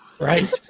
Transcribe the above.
right